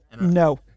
No